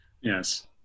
Yes